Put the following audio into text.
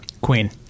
Queen